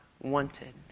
wanted